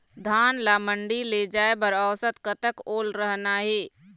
धान ला मंडी ले जाय बर औसत कतक ओल रहना हे?